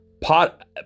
Pot